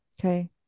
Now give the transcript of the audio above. Okay